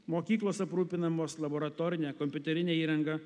mokyklos aprūpinamos laboratorine kompiuterine įranga